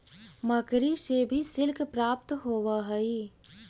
मकड़ि से भी सिल्क प्राप्त होवऽ हई